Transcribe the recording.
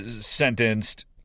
sentenced